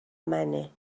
منه